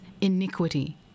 iniquity